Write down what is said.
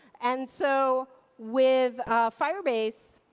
and so, with firebase,